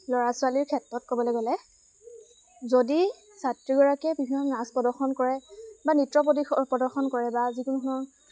ল'ৰা ছোৱালীৰ ক্ষেত্ৰত ক'বলৈ গ'লে যদি ছাত্ৰীগৰাকীয়ে বিভিন্ন নাচ প্ৰদৰ্শন কৰে বা নৃত্য প্ৰদৰ্শন কৰে বা যিকোনো ধৰণৰ